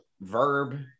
verb